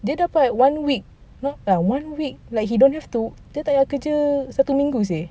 dia dapat one week [tau] one week like he don't have to dia tak payah kerja satu minggu seh